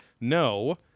no